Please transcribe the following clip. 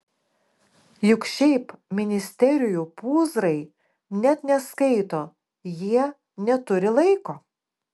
juk šiaip ministerijų pūzrai net neskaito jie neturi laiko